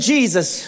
Jesus